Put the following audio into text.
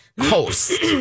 host